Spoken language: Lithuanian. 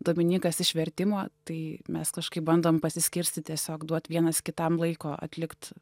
dominykas iš vertimo tai mes kažkaip bandom pasiskirstyt tiesiog duoti vienas kitam laiko atlikt